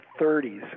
30s